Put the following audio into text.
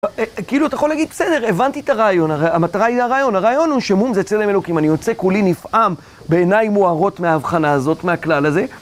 כאילו, אתה יכול להגיד, בסדר, הבנתי את הרעיון, הרי המטרה היא הרעיון, הרעיון הוא שמום זה צלם אלוקים, אני יוצא כולי נפעם בעיניים מוארות מההבחנה הזאת, מהכלל הזה